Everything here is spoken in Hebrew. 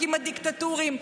החוקים הדיקטטוריים,